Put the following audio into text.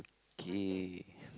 kay